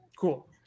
Cool